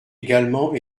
également